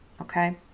Okay